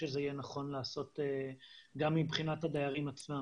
חושבת שהדבר האחרון ששמעתי כששאלת לגבי לוח הזמנים,